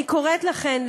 אני קוראת לכם,